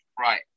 right